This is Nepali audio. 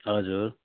हजुर